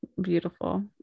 Beautiful